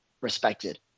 respected